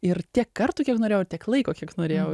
ir tiek kartų kiek norėjau ir tiek laiko kiek norėjau